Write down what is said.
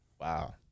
wow